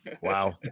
Wow